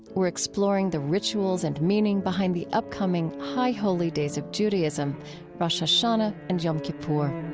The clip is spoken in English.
we're exploring the rituals and meaning behind the upcoming high holy days of judaism rosh hashanah and yom kippur